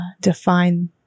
define